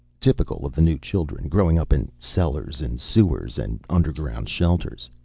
typical of the new children, growing up in cellars and sewers and underground shelters.